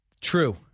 True